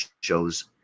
shows